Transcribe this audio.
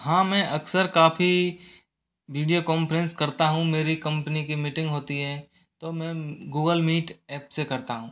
हाँ मैं अक्सर काफ़ी वीडियो कांफ्रेंस करता हूँ मेरी कंपनी की मीटिंग होती है तो मैं गूगल मीट ऐप से करता हूँ